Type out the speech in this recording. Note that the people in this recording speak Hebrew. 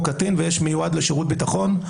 "קטין" ויש "מיועד לשירות ביטחון".